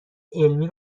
علمی